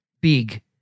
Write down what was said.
big